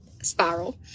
spiral